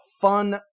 fun